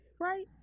right